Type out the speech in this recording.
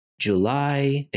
July